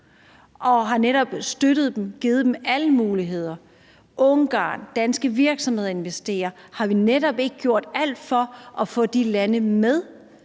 man har netop støttet dem og givet dem alle muligheder, og der er Ungarn, hvor danske virksomheder investerer. Har vi netop ikke gjort alt for at få de lande med?